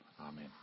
Amen